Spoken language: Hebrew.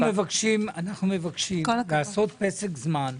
אנחנו מבקשים לעשות פסק זמן.